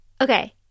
okay